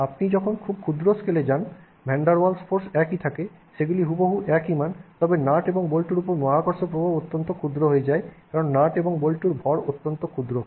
আপনি যখন খুব ক্ষুদ্র স্কেলে যান ভ্যান ডার ওয়েলস ফোর্স একই থাকে সেগুলি হুবহু একই মান তবে নাট এবং বল্টুর উপর মহাকর্ষ প্রভাব অত্যন্ত ক্ষুদ্র হয়ে যায় কারণ নাট এবং বল্টুরর ভর অত্যন্ত ক্ষুদ্র